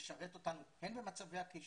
שתשרת אותנו, הן במצבי הקיצון,